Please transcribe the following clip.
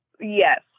Yes